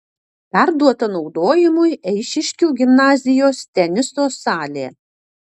perduota naudojimui eišiškių gimnazijos teniso salė